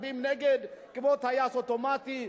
מצביעים נגד כמו טייס אוטומטי.